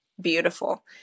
beautiful